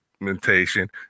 implementation